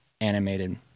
animated